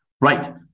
Right